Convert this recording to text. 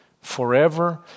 forever